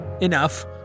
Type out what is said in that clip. Enough